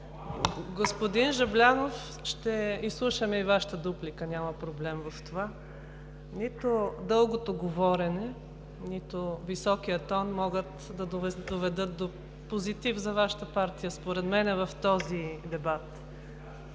Господин Жаблянов, ще изслушаме и Вашата дуплика, няма проблем в това. Нито дългото говорене, нито високият тон, могат да доведат до позитив за Вашата партия, според мен, в този дебат.